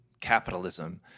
capitalism